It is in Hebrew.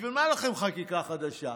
בשביל מה לכם חקיקה חדשה?